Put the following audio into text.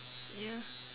ya